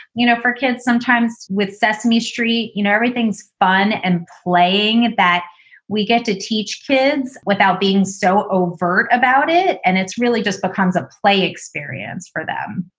you know, for kids sometimes with sesame street, you know, everything's fun and playing that we get to teach kids without being so overt about it. and it's really just becomes a play experience for them.